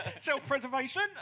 Self-preservation